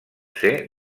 ser